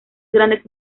grandes